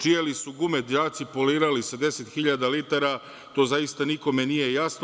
Čije li su gume đaci polirali sa 10000 litara, to zaista nikome nije jasno.